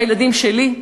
הילדים שלי,